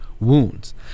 wounds